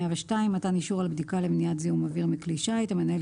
102. מתן אישור על בדיקה למניעת זיהום אוויר מכלי שיט המנהל